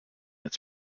its